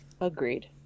agreed